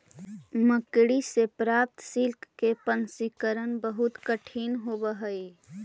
मकड़ि से प्राप्त सिल्क के प्रसंस्करण बहुत कठिन होवऽ हई